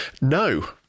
No